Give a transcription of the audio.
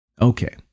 Okay